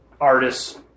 artists